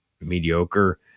mediocre